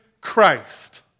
Christ